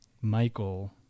Michael